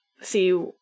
see